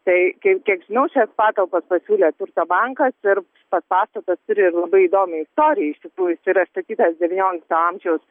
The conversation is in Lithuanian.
tai kiek kiek žinau šias patalpas pasiūlė turto bankas ir pats pastatas turi ir labai įdomią istoriją iš tikrųjų jis yra statytas devyniolikto amžiaus